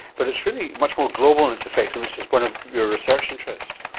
but it's really much more global in its effect, and which is one of your research interests.